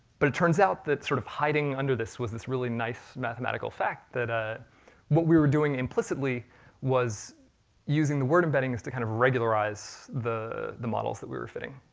but it turns out that sort of hiding under this, was this really nice mathematical fact that ah what we were doing implicitly was using the word embedding as to kind of regularize the the models that we were fitting.